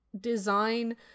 design